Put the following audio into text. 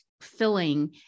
filling